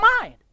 mind